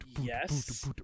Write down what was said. Yes